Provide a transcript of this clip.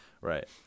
right